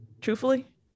truthfully